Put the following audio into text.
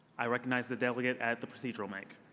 i recognize the delegate at the procedural mic.